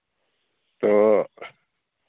ᱦᱮᱸ